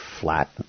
flat